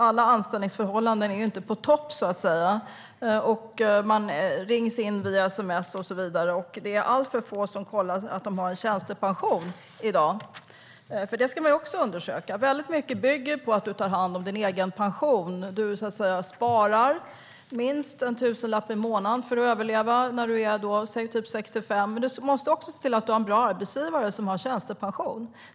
Alla anställningsförhållanden är inte på topp, så att säga. Man rings in eller får ett sms, och det är alltför få som kollar att de har en tjänstepension. Mycket bygger på att du tar hand om din egen pension. Du behöver spara minst en tusenlapp per månad för att överleva när du är typ 65, men du måste också se till att ha en bra arbetsgivare som betalar tjänstepension.